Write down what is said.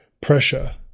pressure